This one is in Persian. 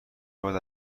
باید